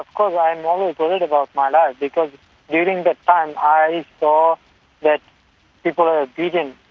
course, i am always worried about my life because during that time i saw that people are beaten,